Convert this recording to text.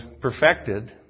perfected